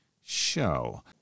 show